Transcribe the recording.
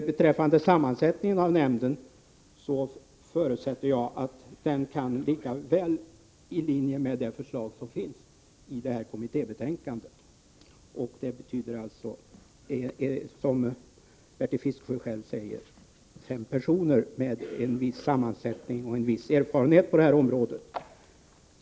Beträffande sammansättningen av nämnden förutsätter jag att den kan ligga väl i linje med det förslag som finns i kommittébetänkandet, och det betyder alltså, som Bertil Fiskesjö själv säger, fem personer med viss erfarenhet på det här området.